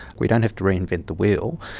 we don't have to reinvent the wheel,